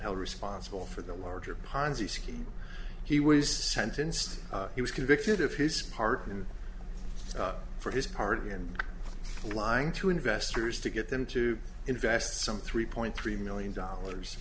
held responsible for the larger ponzi scheme he was sentenced he was convicted of his part in for his party and lying to investors to get them to invest some three point three million dollars